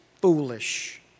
foolish